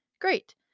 Great